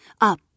Up